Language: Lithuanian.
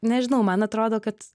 nežinau man atrodo kad